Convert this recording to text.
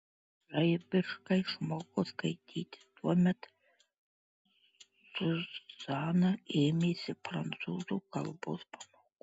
žaibiškai išmoko skaityti tuomet zuzana ėmėsi prancūzų kalbos pamokų